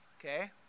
Okay